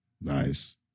Nice